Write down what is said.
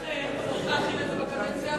לכן, צריך להחיל זאת בקדנציה הבאה.